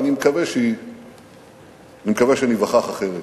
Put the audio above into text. ואני מקווה שניווכח אחרת.